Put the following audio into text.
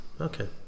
Okay